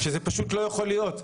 זה לא יכול להיות.